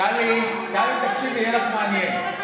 טלי, תקשיבי, יהיה מעניין.